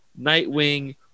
Nightwing